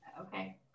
okay